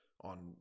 on